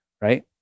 right